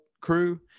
crew